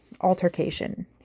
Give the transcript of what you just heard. altercation